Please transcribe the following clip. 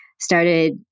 started